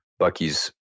Bucky's